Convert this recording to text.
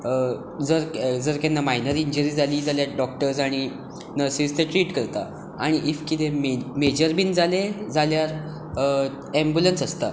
जर जर केन्ना मायनर इंजरीस जाली तेच डॉक्टर्स आनी नर्सिस ते ट्रिट करता आनी इफ कतें मेजर बी जालें जाल्यार एँबुलन्स आसता